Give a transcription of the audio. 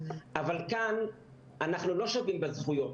אבל כאן אנחנו לא שווים בזכויות,